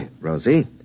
Rosie